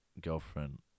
girlfriend